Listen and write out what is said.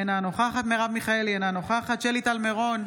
אינה נוכחת מרב מיכאלי, אינה נוכחת שלי טל מירון,